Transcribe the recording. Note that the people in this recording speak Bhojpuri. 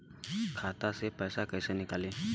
खाता से पैसा कैसे नीकली?